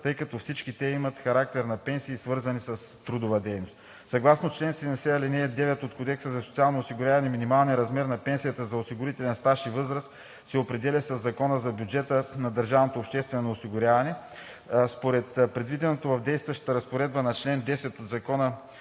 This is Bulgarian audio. тъй като всички те имат характер на пенсии, свързани с трудова дейност. Съгласно чл. 70, ал. 9 от Кодекса за социално осигуряване минималният размер на пенсията за осигурителен стаж и възраст се определя със Закона за бюджета на държавното обществено осигуряване (ЗБДОО). Според предвиденото в действащата разпоредба на чл. 10 от Закона